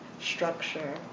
structure